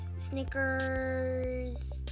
Snickers